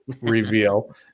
reveal